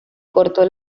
cortó